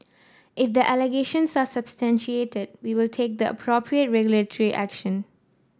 if the allegations are substantiated we will take the appropriate regulatory action